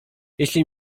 jeśli